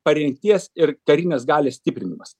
parengties ir karinės galios stiprinimas